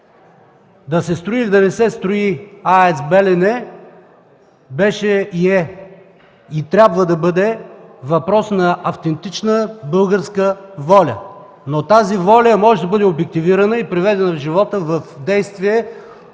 Да се строи или да не се строи АЕЦ „Белене” беше, е и трябва да бъде въпрос на автентична българска воля. Но тази воля може да бъде обективирана и приведена от живота в действие